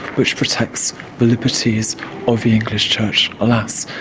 which protects the liberties of the english church. alas,